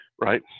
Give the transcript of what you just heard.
Right